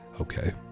Okay